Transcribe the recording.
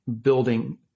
building